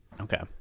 Okay